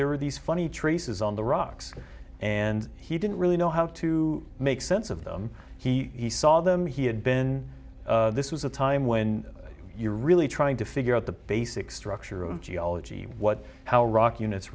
there were these funny traces on the rocks and he didn't really know how to make sense of them he saw them he had been this was a time when you're really trying to figure out the basic structure of geology what how rock units